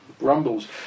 rumbles